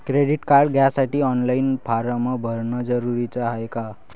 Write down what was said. Credit card घ्यासाठी online form भरन जरुरीच हाय का?